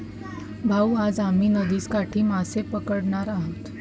भाऊ, आज आम्ही नदीकाठी मासे पकडणार आहोत